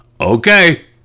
Okay